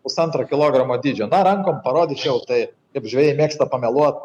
pusantro kilogramo dydžio na rankom parodyčiau tai kaip žvejai mėgsta pameluot